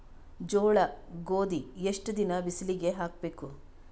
ಜೋಳ ಗೋಧಿ ಎಷ್ಟ ದಿನ ಬಿಸಿಲಿಗೆ ಹಾಕ್ಬೇಕು?